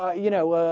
you know ah.